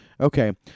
Okay